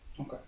Okay